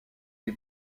les